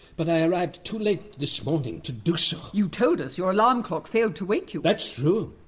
but i arrived too late this morning to do so! you told us your alarm clock failed to wake you. that's true!